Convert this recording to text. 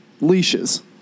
leashes